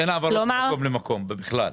ואין העברות ממקום למקום בכלל?